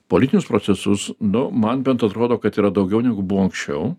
politinius procesus nu man bent atrodo kad yra daugiau negu buvo anksčiau